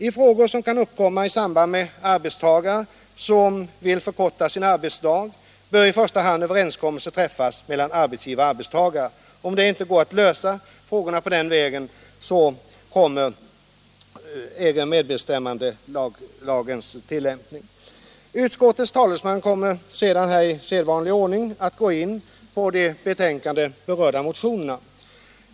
I frågor som kan uppkomma i samband med att en arbetstagare vill förkorta sin arbetsdag bör i första hand överenskommelse träffas mellan arbetsgivaren och arbetstagaren. Om det inte går att lösa frågorna denna väg äger medbestämmanderättslagen tillämpning. Utskottets talesman kommer i sedvanlig ordning att gå in på de i betänkandet berörda motionerna.